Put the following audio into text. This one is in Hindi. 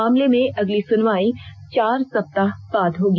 मामले में अगली सुनवाई चार सप्ताह बाद होगी